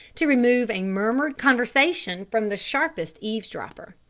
to remove a murmured conversation from the sharpest eavesdropper.